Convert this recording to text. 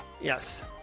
Yes